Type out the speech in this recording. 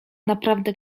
naprawdę